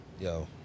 Yo